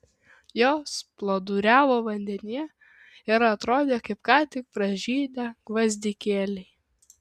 jos plūduriavo vandenyje ir atrodė kaip ką tik pražydę gvazdikėliai